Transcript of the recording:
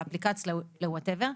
לאפליקציה או whatever,